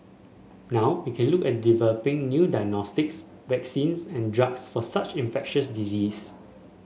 now we can look at developing new diagnostics vaccines and drugs for such infectious diseases